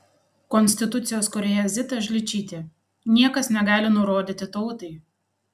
konstitucijos kūrėja zita šličytė niekas negali nurodyti tautai